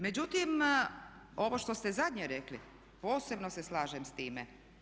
Međutim, ovo što ste zadnje rekli posebno se slažem s time.